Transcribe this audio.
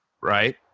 right